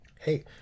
hey